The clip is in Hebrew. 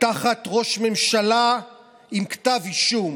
תחת ראש ממשלה עם כתב אישום.